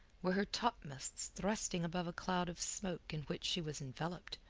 were her topmasts thrusting above a cloud of smoke in which she was enveloped.